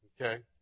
Okay